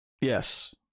Yes